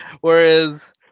Whereas